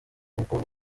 ubwo